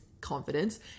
confidence